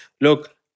look